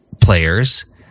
players